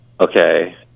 Okay